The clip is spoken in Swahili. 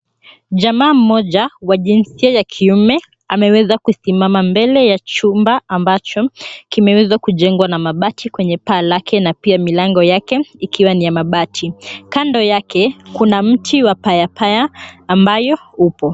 Jamaa mmoja wa jinsia ya kiume ameweza kusimama mbele ya chumba ambacho kimeweza kujengwa na mabati kwenye paa lake na pia milango yake ikiwa ni ya mabati. Kando yake kuna mti wa payapaya ambayo upo.